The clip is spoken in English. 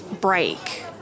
break